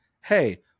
Hey